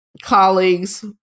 colleagues